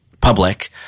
public